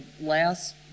last